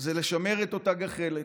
לשמר את אותה גחלת,